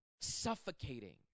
suffocating